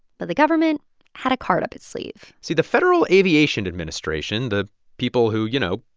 but the government had a card up its sleeve see. the federal aviation administration the people who, you know,